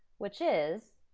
which is.